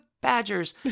Badgers